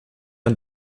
ein